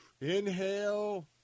Inhale